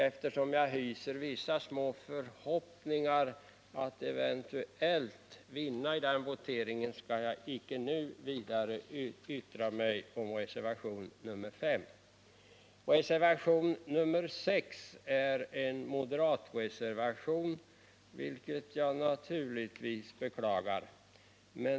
Eftersom jag hyser vissa små förhoppningar om att vinna i den votering som gäller 63 reservationen 4, skall jag icke nu vidare yttra mig om reservationen 5. Reservationen 6 är en moderatreservation, vilket jag naturligtvis beklagar.